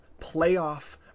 playoff